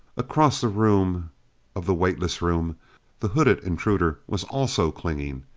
across the room of the weightless room the hooded intruder was also clinging.